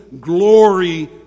glory